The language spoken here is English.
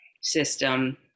system